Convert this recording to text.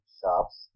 shops